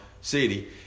City